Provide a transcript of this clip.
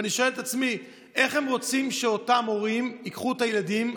ואני שואל את עצמי: איך הם רוצים שאותם הורים ייקחו את הילדים,